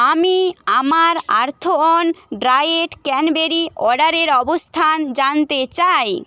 আমি আমার Earth On dried cranberry অর্ডারের অবস্থান জানতে চাই